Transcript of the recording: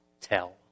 tell